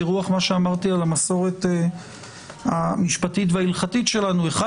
ברוח מה שאמרתי על המסורת המשפטית וההלכתית שלנו אחד